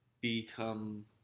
become